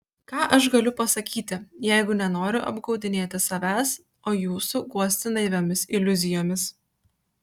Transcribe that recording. ką aš galiu pasakyti jeigu nenoriu apgaudinėti savęs o jūsų guosti naiviomis iliuzijomis